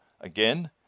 again